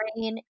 brain